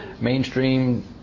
mainstream